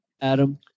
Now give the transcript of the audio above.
Adam